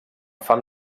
fan